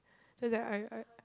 so is like I I